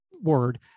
word